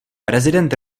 prezident